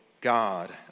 God